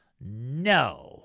No